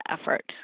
effort